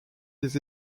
des